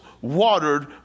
watered